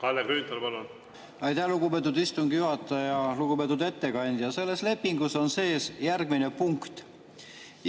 Kalle Grünthal, palun! Aitäh, lugupeetud istungi juhataja! Lugupeetud ettekandja! Selles lepingus on sees järgmine punkt.